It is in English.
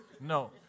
No